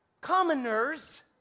commoners